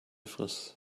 frist